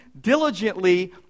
diligently